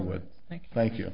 would thank thank you